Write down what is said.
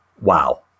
wow